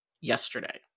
yesterday